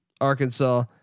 Arkansas